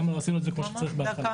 למה לא עשינו את זה כמו שצריך בהתחלה.